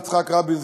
יצחק רבין,